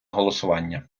голосування